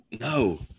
No